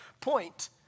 point